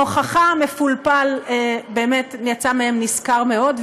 מוחך המפולפל באמת יצא מהם נשכר מאוד,